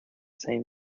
same